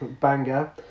Banger